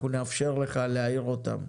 אנחנו נאפשר לך להעיר אותן.